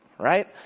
right